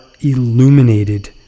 illuminated